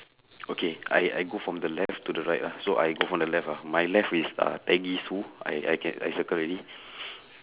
okay I I go from the left to the right lah so I go from the left ah my left is uh peggy sue I I can I circle already